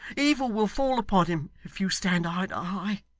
evil will fall upon him, if you stand eye to eye.